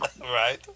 Right